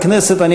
בכנסת,